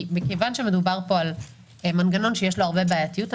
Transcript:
מכיוון שמדובר פה על מנגנון שיש בו הרבה בעייתיות,